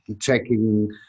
checking